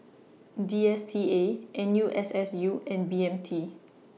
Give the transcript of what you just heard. D S T A N U S S U and B M T